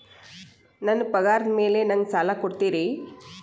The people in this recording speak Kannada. ನನ್ನ ಪಗಾರದ್ ಮೇಲೆ ನಂಗ ಸಾಲ ಕೊಡ್ತೇರಿ?